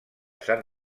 sant